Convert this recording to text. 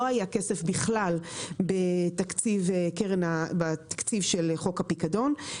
לא היה כסף בכלל בתקציב של חוק הפיקדון,